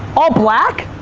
all black?